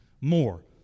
more